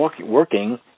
working